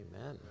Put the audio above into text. Amen